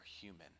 human